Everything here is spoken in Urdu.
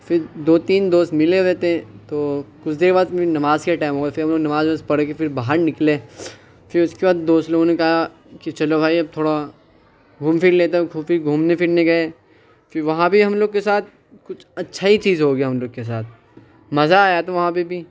پھر دو تین دوست ملے ہوئے تھے تو کچھ دیر بعد میری نماز کا ٹائم ہو گیا پھر ہم لوگ نماز وماز پڑھ کے پھر باہر نکلے پھر اس کے بعد دوس لوگوں نے کہا کہ چلو بھائی اب تھوڑا گھوم پھر لیتے ہیں تو پھوپھی گھومنے پھرنے گئے پھر وہاں بھی ہم لوگوں کے ساتھ کچھ اچّھا ہی چیز ہو گیا ہم لوگ کے ساتھ مزہ آیا تو وہاں پہ بھی